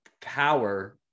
power